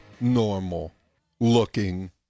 normal-looking